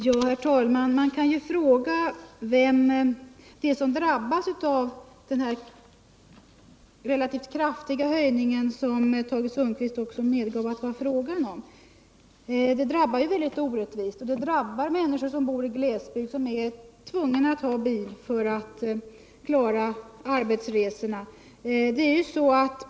Herr talman! Man måste ställa frågan vem som drabbas av den relativt kraftiga höjning som också Tage Sundkvist medgav att det var fråga om. Den drabbar mycket orättvist, bl.a. människor som bor i glesbygd och som är tvungna att ta bil för att klara arbetsresorna.